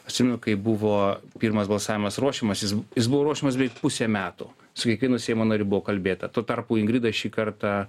atsimenu kai buvo pirmas balsavimas ruošiamas jis jis buvo ruošiamas beiveik pusė metų su kiekvienu seimo nariu buvo kalbėta tuo tarpu ingrida šį kartą